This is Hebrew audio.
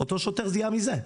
אותו שוטר זיהה מזה,